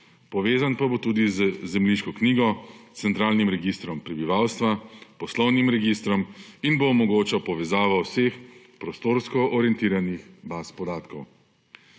povezan pa bo tudi z zemljiško knjigo, centralnim registrom prebivalstva, poslovnim registrom in bo omogočal povezavo vseh prostorsko orientiranih baz podatkov.